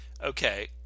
okay